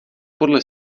podle